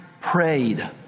prayed